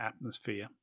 atmosphere